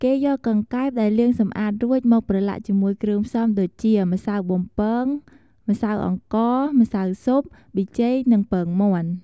គេយកកង្កែបដែលលាងសម្អាតរួច មកប្រឡាក់ជាមួយគ្រឿងផ្សំដូចជា ម្សៅបំពង ម្សៅអង្ករ ម្សៅស៊ុប ប៊ីចេង និងពងមាន់។